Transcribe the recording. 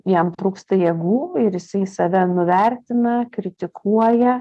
jam trūksta jėgų ir jisai save nuvertina kritikuoja